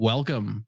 Welcome